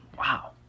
wow